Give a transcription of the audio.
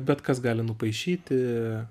bet kas gali nupaišyti